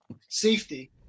safety